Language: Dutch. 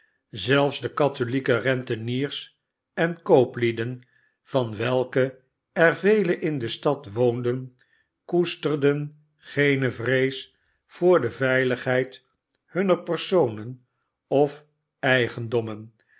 zelfs de katholieke renteniers en kooplieden van welke er velen in de stad woonden koesterden geene vrees voor de veiligheid hunner personen of eigendommen